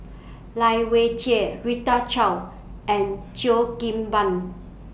Lai Weijie Rita Chao and Cheo Kim Ban